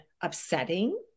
upsetting